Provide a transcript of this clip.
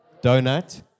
donut